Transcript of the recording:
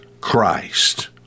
Christ